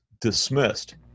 dismissed